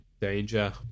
Danger